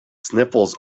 sniffles